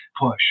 push